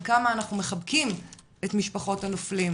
כמה אנחנו מחבקים את משפחות הנופלים,